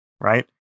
right